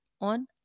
on